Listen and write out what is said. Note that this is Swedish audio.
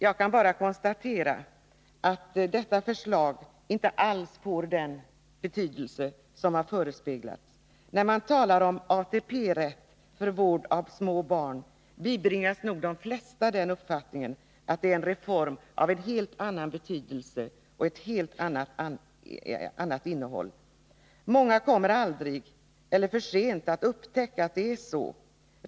Jag kan bara konstatera att detta förslag inte alls får den betydelse som har förespeglats. När man talar om ATP-rätt för vård av små barn bibringas nog de flesta den uppfattningen att det är en reform av en helt annan betydelse och ett helt annat innehåll. Många kommer aldrig, eller för sent, att upptäcka att det är så.